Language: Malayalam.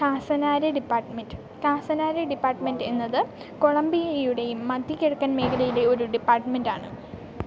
കാസനാരെ ഡിപ്പാർട്ട്മെന്റ് കാസനാരെ ഡിപ്പാർട്ട്മെന്റ് എന്നത് കൊളംബിയയുടെയും മധ്യ കിഴക്കൻ മേഖലയിലെ ഒരു ഡിപ്പാർട്ട്മെന്റാണ്